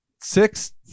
six